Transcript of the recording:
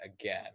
again